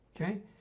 Okay